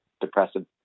depressive